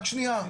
רק שנייה.